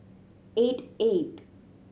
eight